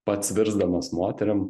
pats virsdamas moterim